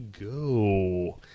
go